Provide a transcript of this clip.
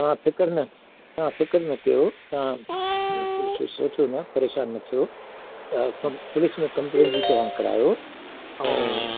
तव्हां फिकर न तव्हां फिकर न कयो तव्हां कुझु सोचो न परेशानु न थियो तव्हां पुलिस मां कंप्लेंट बि तव्हां करायो ऐं